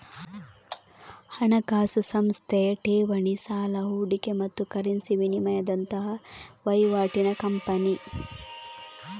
ಹಣಕಾಸು ಸಂಸ್ಥೆ ಠೇವಣಿ, ಸಾಲ, ಹೂಡಿಕೆ ಮತ್ತು ಕರೆನ್ಸಿ ವಿನಿಮಯದಂತಹ ವೈವಾಟಿನ ಕಂಪನಿ